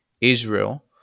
Israel